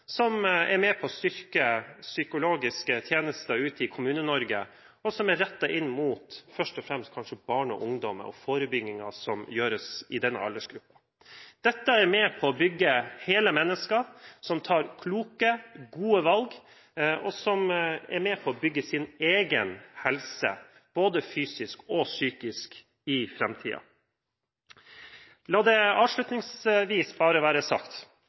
som er med på å styrke psykologiske tjenester ute i Kommune-Norge, og som er rettet inn mot – først og fremst, kanskje – barn og ungdommer, og forebyggingen som gjøres for denne aldersgruppen. Dette er med på å bygge hele mennesker – som tar kloke, gode valg, og som er med på å bygge sin egen helse, både fysisk og psykisk, i framtiden. La det avslutningsvis bare være sagt: